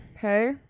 Hey